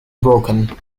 broken